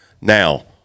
now